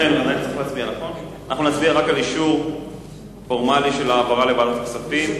נצביע על אישור פורמלי של העברה לוועדת כספים.